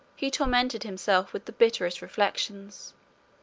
he tormented himself with the bitterest reflections.